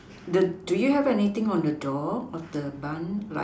the do you have anything on the door of the bun like